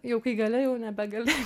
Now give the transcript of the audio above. jau kai gale jau nebegali